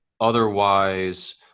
otherwise